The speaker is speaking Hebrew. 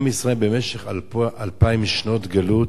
עם ישראל במשך אלפיים שנות גלות,